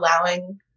allowing